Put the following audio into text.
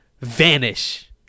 vanish